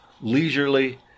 leisurely